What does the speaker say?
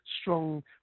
strong